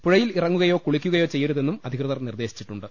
പുഴയിൽ ഇറങ്ങുകയോ കുളിക്കുകയോ ചെയ്യരുതെന്ന് അധി കൃതർ നിർദേശിച്ചിട്ടുണ്ട്